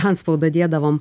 antspaudą dėdavom